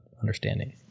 understanding